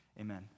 Amen